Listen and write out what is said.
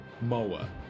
Moa